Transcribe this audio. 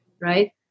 right